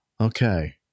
Okay